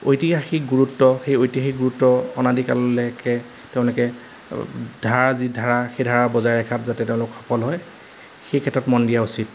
ঐতিহাসিক গুৰুত্ব সেই ঐতিহাসিক গুৰুত্ব অনাদিকাললৈকে তেওঁলোকে ধাৰা যি ধাৰা সেই ধাৰা বজাই ৰখাত যাতে তেওঁলোক সফল হয় সেই ক্ষেত্ৰত মন দিয়া উচিত